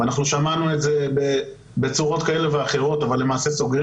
ושמענו את זה בצורות כאלה ואחרות אבל למעשה סוגרים